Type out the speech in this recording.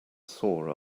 sore